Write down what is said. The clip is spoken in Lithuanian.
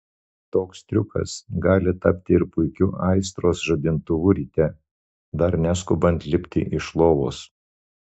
toks triukas gali tapti ir puikiu aistros žadintuvu ryte dar neskubant lipti iš lovos